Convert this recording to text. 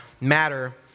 matter